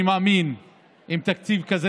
אני מאמין שהתקציב הזה,